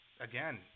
again